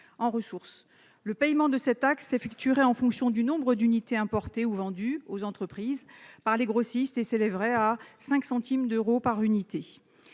en ressources. Le paiement de cette taxe s'effectuerait en fonction du nombre d'unités importées ou vendues aux entreprises par les grossistes et s'élèverait à 5 centimes d'euro par unité.